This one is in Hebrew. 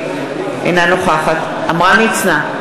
אינה נוכחת עמרם מצנע,